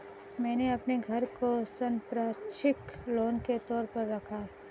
मैंने अपने घर को संपार्श्विक लोन के तौर पर रखा है